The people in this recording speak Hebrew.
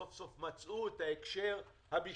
סוף-סוף מצאו את ההקשר המשפטי,